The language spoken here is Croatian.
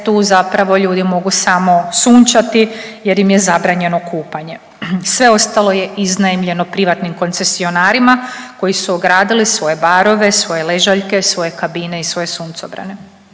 tu zapravo ljudi mogu samo sunčati jer im je zabranjeno kupanje. Sve ostalo je iznajmljeno privatnim koncesionarima koji su ogradili svoje barove, svoje ležaljke, svoje kabine i svoje suncobrane.